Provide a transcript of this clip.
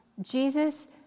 ...Jesus